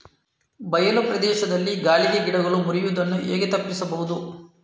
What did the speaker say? ಬಯಲು ಪ್ರದೇಶದಲ್ಲಿ ಗಾಳಿಗೆ ಗಿಡಗಳು ಮುರಿಯುದನ್ನು ಹೇಗೆ ತಪ್ಪಿಸಬಹುದು?